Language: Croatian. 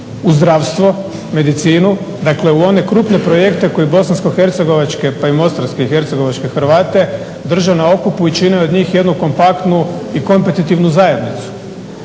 u zdravstvo, medicinu. Dakle, u one krupne projekte koje bosansko-hercegovačke, pa i mostarske i hercegovačke Hrvate drže na okupu i čine od njih jednu kompaktnu i kompetitivnu zajednicu.